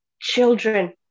children